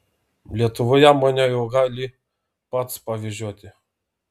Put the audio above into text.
lietuvoje mane jau gali pats pavežioti